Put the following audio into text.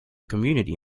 community